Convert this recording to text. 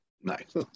nice